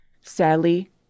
Sadly